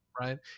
right